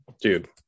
Dude